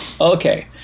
Okay